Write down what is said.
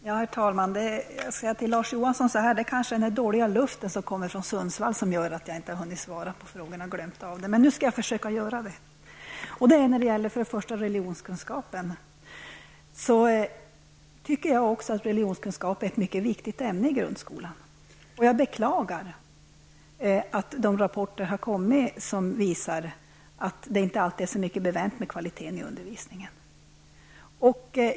Herr talman! Det är kanske den dåliga luften som kommer från Sundsvall som har gjort att jag glömt svara på frågorna, Larz Johansson, men nu skall jag försöka att göra det. Också jag anser att religionskunskap är ett mycket viktigt ämne i grundskolan. Jag beklagar att de rapporter som kommit visar att det inte alltid är så mycket bevänt med kvaliteten i undervisningen.